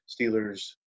Steelers